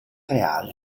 reale